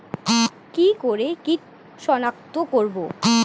কি করে কিট শনাক্ত করব?